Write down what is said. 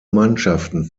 mannschaften